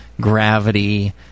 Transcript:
gravity